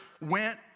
went